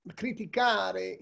criticare